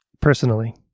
personally